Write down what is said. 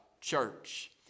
church